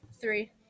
Three